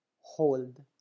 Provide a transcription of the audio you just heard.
hold